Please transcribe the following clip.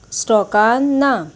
स्टॉकान ना